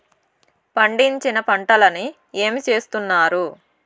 పండించిన పంటలని ఏమి చేస్తున్నారు?